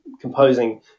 composing